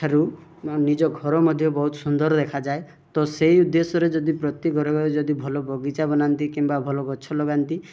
ଠାରୁ ନିଜ ଘର ମଧ୍ୟ ବହୁତ ସୁନ୍ଦର ଦେଖାଯାଏ ତ ସେଇ ଉଦ୍ଦେଶ୍ୟରେ ଯଦି ପ୍ରତି ଘରେ ଘରେ ଯଦି ଭଲ ବଗିଚା ବନାନ୍ତି କିମ୍ବା ଭଲ ଗଛ ଲଗାନ୍ତି